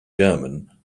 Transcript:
german